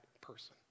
person